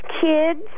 kids